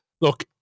Look